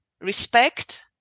respect